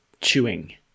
chewing